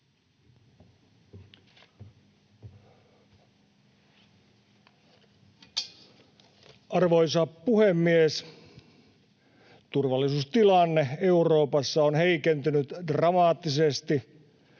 Arvoisa puhemies! Turvallisuustilanne Euroopassa on heikentynyt dramaattisesti